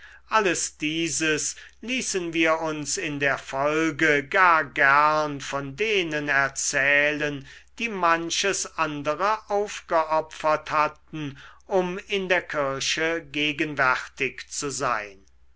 alles dieses ließen wir uns in der folge gar gern von denen erzählen die manches andere aufgeopfert hatten um in der kirche gegenwärtig zu sein